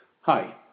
Hi